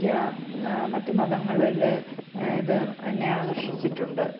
എനിക്കാ മറ്റു മതങ്ങളിൽ ഇത് എന്നെ ആകർഷിച്ചിട്ടുണ്ട്